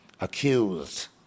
accused